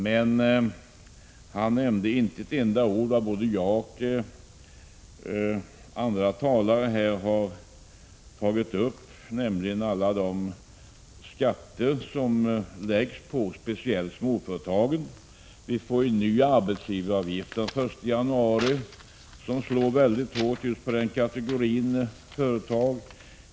Men han nämnde inte ett enda ord om vad både jag och andra talare tagit upp, nämligen alla de skatter som läggs speciellt på småföretagen. Vi får den 1 januari en ny arbetsgivaravgift, som slår mycket hårt på just den kategorin företag.